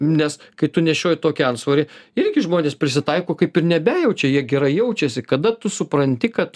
nes kai tu nešioji tokį antsvorį irgi žmonės prisitaiko kaip ir nebejaučia jie gerai jaučiasi kada tu supranti kad